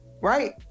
right